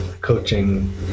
coaching